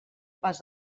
pas